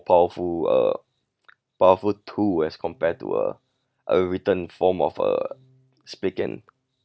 powerful a powerful tool as compared to uh a written form of uh speaking